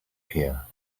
here